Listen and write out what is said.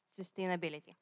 sustainability